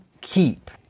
keep